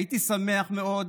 הייתי שמח מאוד